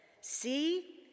See